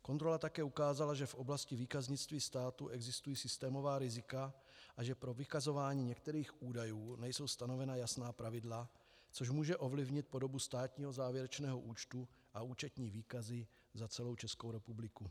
Kontrola také ukázala, že v oblasti výkaznictví státu existují systémová rizika a že pro vykazování některých údajů nejsou stanovena jasná pravidla, což může ovlivnit podobu státního závěrečného účtu a účetní výkazy za celou Českou republiku.